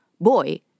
boy